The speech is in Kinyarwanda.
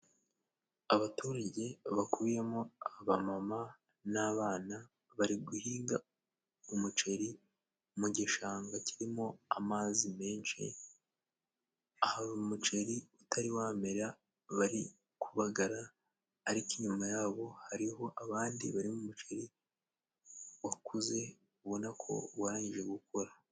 Abaturage bakuyemo, abamama n'abana bari guhinga umuceri mu gishanga kirimo amazi menshi ahari umuceri utari wamera bari kubagara ariko inyuma yabo hariho abandi bari mu muceri wakuze ubona ko warangije gukora.